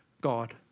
God